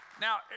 Now